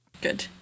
good